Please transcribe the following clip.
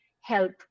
help